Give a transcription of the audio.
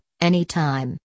anytime